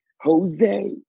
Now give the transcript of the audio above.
Jose